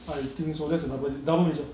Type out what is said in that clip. I think so that's another double major